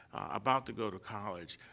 about to go to college